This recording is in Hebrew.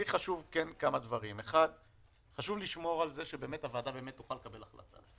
לי חשוב לשמור שהוועדה תוכל לקבל החלטה.